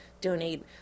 donate